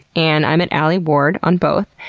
and i'm at alieward on both.